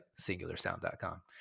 singularsound.com